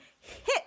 hit